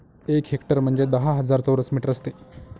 एक हेक्टर म्हणजे दहा हजार चौरस मीटर असते